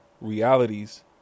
realities